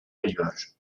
rivage